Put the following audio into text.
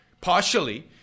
Partially